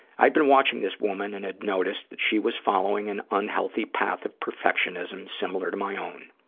i'd been watching this woman and had noticed that she was following an unhealthy path of perfectionism similar to my own.